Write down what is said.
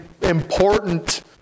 important